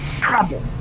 trouble